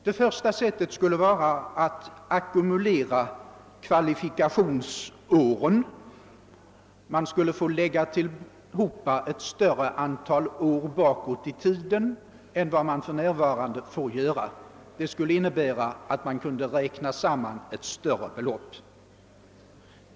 Det första sättet är att ackumulera kvalifikationsåren. Man skulle få lägga samman ett större antal år tillbaka i tiden än för närvarande. Redan detta resulterar i ett större samlat belopp.